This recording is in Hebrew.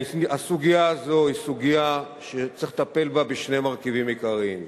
בסוגיה הזאת צריך לטפל בשני מרכיבים עיקריים,